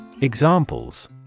Examples